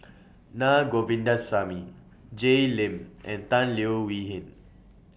Naa Govindasamy Jay Lim and Tan Leo Wee Hin